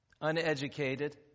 Uneducated